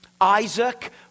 Isaac